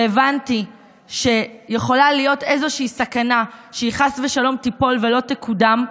והבנתי שיכולה להיות איזושהי סכנה שהיא חס ושלום תיפול ולא תקודם,